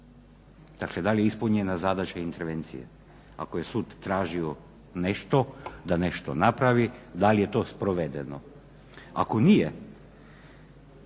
Dakle da li je ispunjena zadaća intervencije, ako je sud tražio nešto da nešto napravi da li je to sprovedeno. Ako nije,